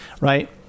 right